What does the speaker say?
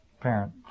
parent